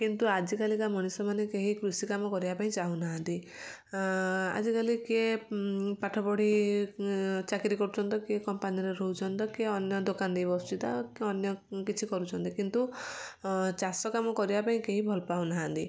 କିନ୍ତୁ ଆଜିକାଲିକା ମଣିଷ ମାନେ କେହି କୃଷି କାମ କରିବା ପାଇଁ ଚାହୁଁନାହାନ୍ତି ଆଜିକାଲି କିଏ ପାଠ ପଢ଼ି ଚାକିରି କରୁଚନ୍ତି ତ କିଏ କମ୍ପାନୀରେ ରହୁଛନ୍ତି ତ କିଏ ଅନ୍ୟ ଦୋକାନ ଦେଇକି ବସୁଛି ତ ଅନ୍ୟ କିଛି କରୁଛନ୍ତି କିନ୍ତୁ ଚାଷ କାମ କରିବା ପାଇଁ କେହି ଭଲ ପାଉନାହାନ୍ତି